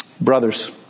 Brothers